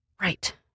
right